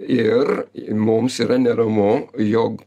ir mums yra neramu jog